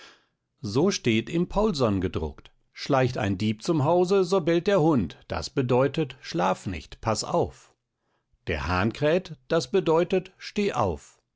so steht im paulson gedruckt schleicht ein dieb zum hause so bellt der hund das bedeutet schlaf nicht paß auf der hahn kräht das bedeutet steh auf